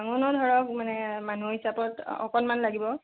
ভাঙোনো ধৰক মানে মানুহ হিচাপে অকণমান লাগিব